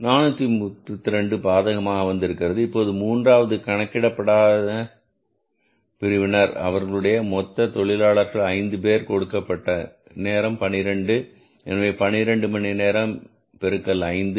432 மீண்டும் பாதகமாக வந்திருக்கிறது இப்போது மூன்றாவது கணக்கிட படாத பிரிவினர் அவர்களுடைய மொத்த தொழிலாளர்கள் ஐந்து பேர் கொடுக்கப்பட்ட நேரம் 12 எனவே 12 மணி நேரம் பெருக்கல் 5